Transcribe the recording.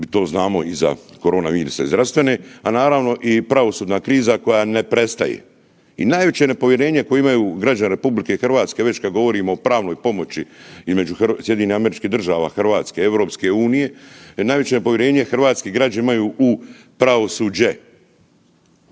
to znamo i za koronavirus zdravstvene, a naravno i pravosudna kriza koja ne prestaje. I najveće nepovjerenje koje imaju građani RH već kad govorimo o pravnoj pomoći i među SAD, Hrvatske, EU, najveće nepovjerenje hrvatski građani imaju u pravosuđe.